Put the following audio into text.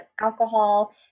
alcohol